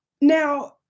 now